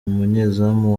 umunyezamu